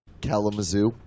Kalamazoo